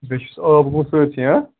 بیٚیہِ چھُس آب گوٚمُت سٲرسٕے